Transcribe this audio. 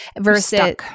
versus